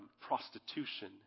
prostitution